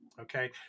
okay